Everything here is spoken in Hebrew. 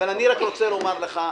אבל אני רק רוצה לומר לך: